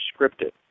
scripted